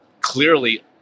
clearly